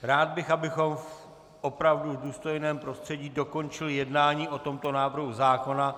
Rád bych, abychom opravdu v důstojném prostředí dokončili jednání o tomto návrhu zákona.